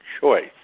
choice